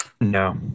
No